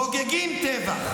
חוגגים טבח.